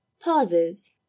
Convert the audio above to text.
Pauses